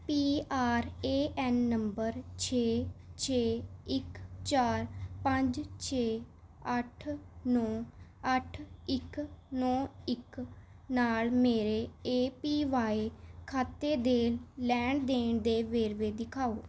P R A N number ਛੇ ਛੇ ਇੱਕ ਚਾਰ ਪੰਜ ਛੇ ਅੱਠ ਨੌ ਅੱਠ ਇੱਕ ਨੌ ਇੱਕ ਨਾਲ ਮੇਰੇ ਏ ਪੀ ਵਾਏ ਖਾਤੇ ਦੇ ਲੈਣ ਦੇਣ ਦੇ ਵੇਰਵੇ ਦਿਖਾਉ